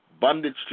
bondage